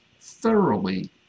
thoroughly